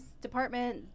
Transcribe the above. department